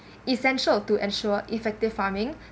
essential to ensure effective farming